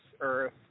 earth